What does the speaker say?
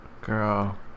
girl